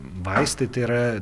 vaistai tai yra